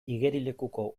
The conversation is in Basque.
igerilekuko